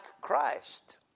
Christ